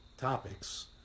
topics